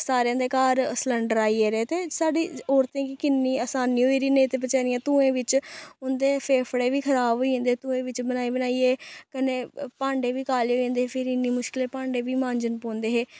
सारें दे घर सलैंडर आई गेदे ते साढ़ी औरतें गी किन्नी असानी होई दी नेईं ते बचारियां धुऐं बिच्च उं'दे फेफड़े बी खराब होई जंदे धुऐं बिच्च बनाई बनाइयै कन्नै भांडे बी काले होई जंदे फिरी इन्नी मुशकिलें भांडे बी मांजन पौंदे हे